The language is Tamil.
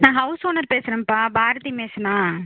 நான் ஹவுஸ் ஓனர் பேசுகிறேன்ப்பா பாரதி மேசனா